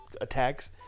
attacks